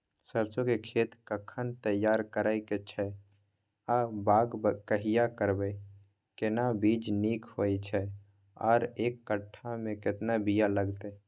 सरसो के खेत कखन तैयार करै के छै आ बाग कहिया करबै, केना बीज नीक होय छै आर एक कट्ठा मे केतना बीया लागतै?